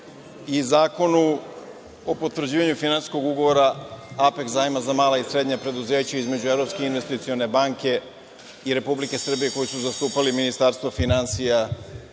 i zakonu o potvrđivanju finansijskog ugovora „Apeks zajma za mala i srednja preduzeća“ između Evropske investicione banke i Republike Srbije, koju su zastupali Ministarstvo finansija